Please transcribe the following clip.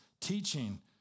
Teaching